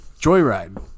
Joyride